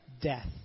death